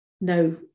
no